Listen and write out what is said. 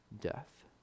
death